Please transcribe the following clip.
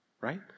right